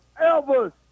Elvis